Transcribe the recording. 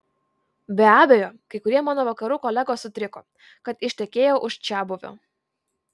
be abejo kai kurie mano vakarų kolegos sutriko kad ištekėjau už čiabuvio